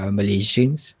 Malaysians